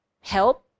help